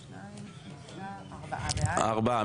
ארבעה.